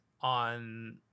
on